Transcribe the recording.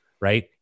right